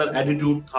attitude